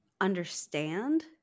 understand